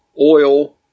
oil